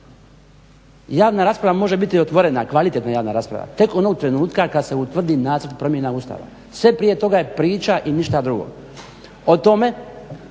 Javna rasprava može biti otvorena, kvalitetna javna rasprava tek onog trenutka kad se utvrdi nacrt promjena Ustava. Sve prije toga je priča i ništa drugo. O tome